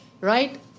Right